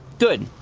good!